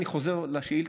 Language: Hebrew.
כל יתר הדברים,